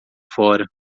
fora